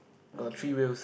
okay